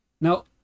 Now